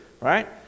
right